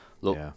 look